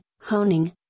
honing